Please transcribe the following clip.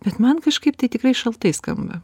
bet man kažkaip tai tikrai šaltai skamba